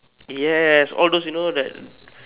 yes all those you know that